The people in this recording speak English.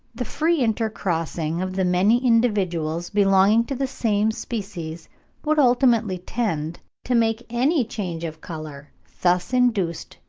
the free intercrossing of the many individuals belonging to the same species would ultimately tend to make any change of colour, thus induced,